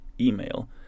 email